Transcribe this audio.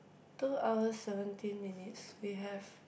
two hours seventeen minutes we have